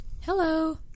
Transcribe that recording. Hello